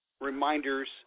reminders